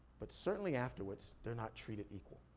but certainly afterwards, they're not treated equal.